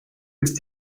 ist